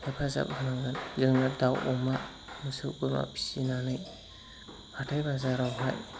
हेफाजाब होनांगोन जोंनो दाउ अमा मोसौ बोरमा फिनानै हाथाइ बाजाराव